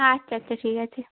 আচ্ছা আচ্ছা ঠিক আছে